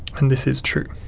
and this is true.